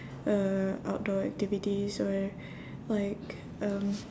uh outdoor activities or like um